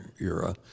era